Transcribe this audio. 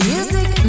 Music